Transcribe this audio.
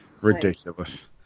ridiculous